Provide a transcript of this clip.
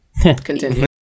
Continue